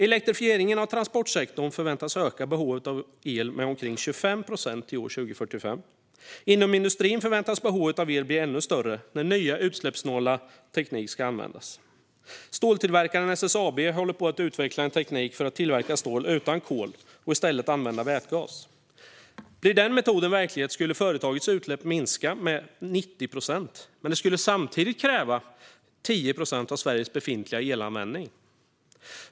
Elektrifieringen av transportsektorn förväntas öka behovet av el med omkring 25 procent till år 2045. Inom industrin förväntas behovet av el bli ännu större när ny utsläppssnål teknik ska användas. Ståltillverkaren SSAB håller på att utveckla en teknik för att tillverka stål utan kol och i stället använda vätgas. Blir den metoden verklighet skulle företagets utsläpp minska med 90 procent, men det skulle samtidigt kräva 10 procent av Sveriges befintliga el.